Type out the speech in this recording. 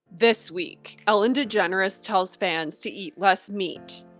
this week ellen degeneres tells fans to eat less meat.